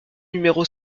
numéro